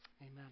Amen